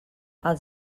els